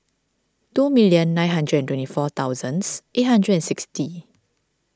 two million nine hundred and twenty four thousands eight hundred and sixty